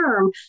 term